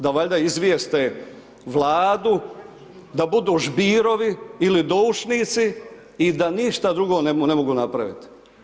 Da valjda izvijeste Vladu da budu žbirovi ili doušnici i da ništa drugo ne mogu napraviti.